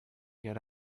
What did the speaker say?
good